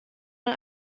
mal